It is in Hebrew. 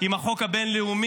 עם החוק הבין-לאומי.